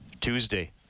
tuesday